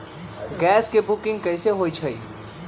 Gas के booking कैसे होईछई?